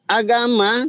agama